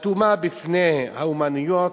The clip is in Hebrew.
אטומה בפני האמנויות,